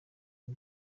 ibi